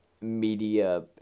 media